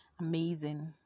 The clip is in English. amazing